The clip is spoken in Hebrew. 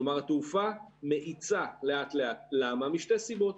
כלומר, התעופה מאיצה לאט לאט משתי סיבות.